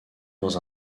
dans